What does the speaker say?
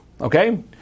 okay